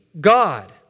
God